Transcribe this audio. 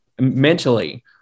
mentally